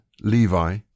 Levi